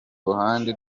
ruhande